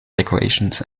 decorations